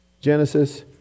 Genesis